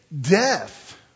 death